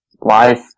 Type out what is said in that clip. life